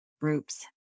groups